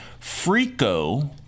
Frico